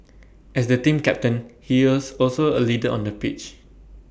as the team captain he is also A leader on the pitch